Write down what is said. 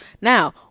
Now